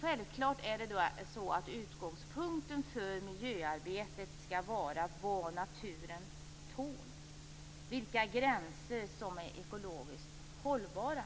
Självklart är det så att utgångspunkten för miljöarbetet skall vara vad naturen tål, vilka gränser som är ekologiskt hållbara.